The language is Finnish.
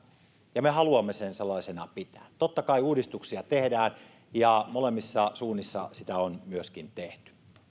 ja me haluamme sen sellaisena pitää totta kai uudistuksia tehdään ja molemmissa suunnissa sitä on myöskin tehty